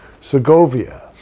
Segovia